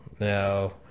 Now